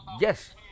Yes